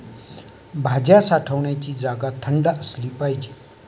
भाज्या साठवण्याची जागा थंड असली पाहिजे